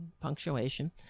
punctuation